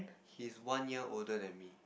he's one year older than me